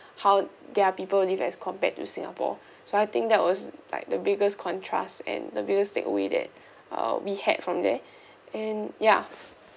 how their people live as compared to singapore so I think that was like the biggest contrast and the biggest take away that uh we had from there and ya